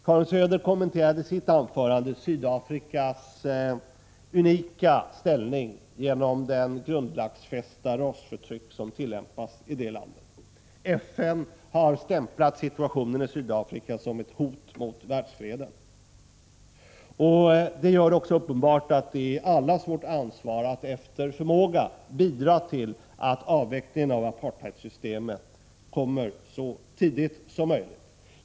Karin Söder kommenterade i sitt anförande Sydafrikas unika ställning genom det grundlagsfästa rasförtryck som tillämpas i det landet. FN har stämplat situationen i Sydafrika som ett hot mot världsfreden. Det är därför också uppenbart att det är allas vårt ansvar att efter förmåga bidra till att avvecklingen av apartheidsystemet kommer så tidigt som möjligt.